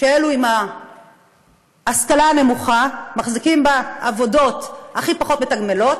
שאלה עם ההשכלה הנמוכה מחזיקים בעבודות הכי פחות מתגמלות